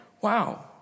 Wow